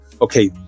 okay